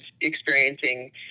experiencing